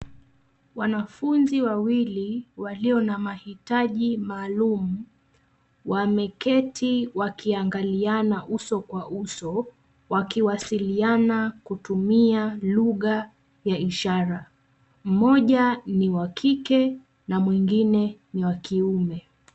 Wanafunzi wawili walio na mahitaji maalum, wameketi wakiangaliana uso kwa uso, wakiwasiliana kutumia lugha, ya ishara, mmoja ni wa kike, na mwingine ni wa kiume.